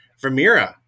Vermeer